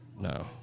No